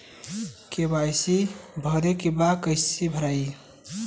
KYC भरे के बा कइसे भराई?